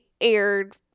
aired